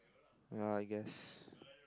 ya I guess